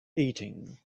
eating